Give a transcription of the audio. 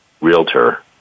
realtor